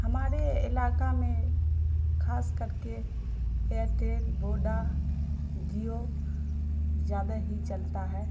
ہمارے علاقہ میں خاص کر کے ایرٹیل بوڈا جیو زیادہ ہی چلتا ہے